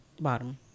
Bottom